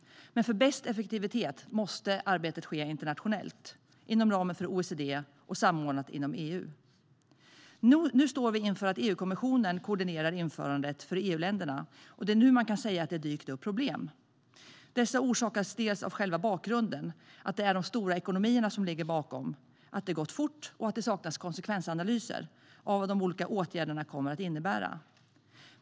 Men för bäst effektivitet måste arbetet ske internationellt inom ramen för OECD och samordnat inom EU. Nu står vi inför att EU-kommissionen koordinerar införandet för EU-länderna. Det är nu man kan säga att det har dykt upp problem. Dessa orsakas delvis av själva bakgrunden: att det är de stora ekonomierna som ligger bakom, att det har gått fort och att det saknas konsekvensanalyser av vad de olika åtgärderna kommer att innebära.